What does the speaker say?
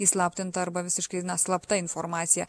įslaptinta arba visiškai slapta informacija